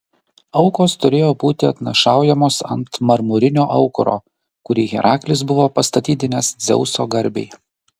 aukos turėjo būti atnašaujamos ant marmurinio aukuro kurį heraklis buvo pastatydinęs dzeuso garbei